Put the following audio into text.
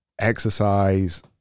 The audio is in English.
exercise